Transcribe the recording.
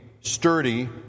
sturdy